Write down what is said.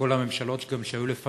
גם כל הממשלות שהיו לפניה,